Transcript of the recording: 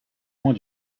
moins